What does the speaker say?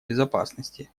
безопасности